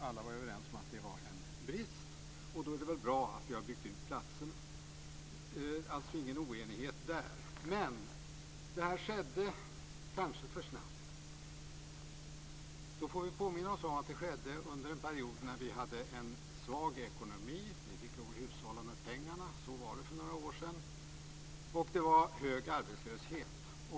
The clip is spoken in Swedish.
Alla var överens om att det var en brist. Då är det väl bra att vi har byggt ut antalet platser. Alltså ingen oenighet där. Men det här skedde kanske för snabbt. Vi får påminna oss att det skedde under en period när vi hade en svag ekonomi. Vi fick lov att hushålla med pengarna. Så var det för några år sedan. Och det var hög arbetslöshet.